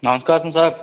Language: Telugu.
నమస్కారం సార్